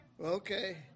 Okay